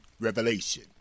revelation